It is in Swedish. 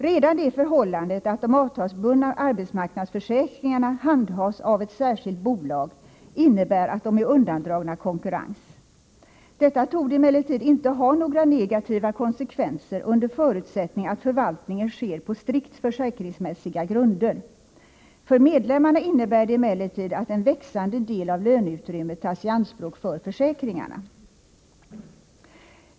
Redan det förhållandet att de avtalsbundna arbetsmarknadsförsäkringarna handhas av ett särskilt bolag innebär att de är undandragna konkurrens. Detta torde emellertid inte ha några negativa konsekvenser, under förutsättning att förvaltningen sker på strikt försäkringsmässiga grunder. För medlemmarna innebär det emellertid att en växande del av löneutrymmet tas i anspråk för försäkringarna.